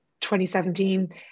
2017